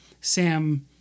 Sam